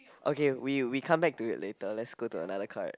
okay we we come back to it later let's go to another card